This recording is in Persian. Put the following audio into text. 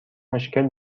مشکل